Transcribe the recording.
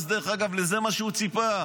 דרך אגב, זה מה שחמאס ציפה.